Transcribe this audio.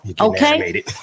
okay